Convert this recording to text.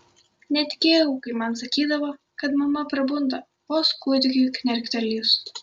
netikėjau kai man sakydavo kad mama prabunda vos kūdikiui knerktelėjus